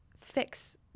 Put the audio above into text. fix